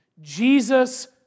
Jesus